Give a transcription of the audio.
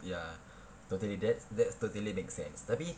ya totally that's that's totally makes sense tapi